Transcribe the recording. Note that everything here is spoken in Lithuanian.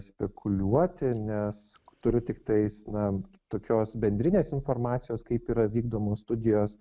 spekuliuoti nes turiu tiktais na tokios bendrinės informacijos kaip yra vykdomos studijos